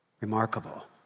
Remarkable